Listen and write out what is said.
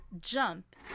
jump